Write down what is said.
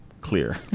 clear